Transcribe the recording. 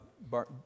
Bar